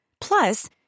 Plus